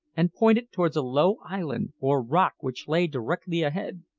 and pointed towards a low island or rock which lay directly ahead.